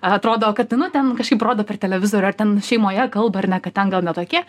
atrodo kad nu ten kažkaip rodo per televizorių ar ten šeimoje kalba ar ne kad ten gal ne tokie